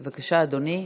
בבקשה, אדוני.